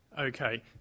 Okay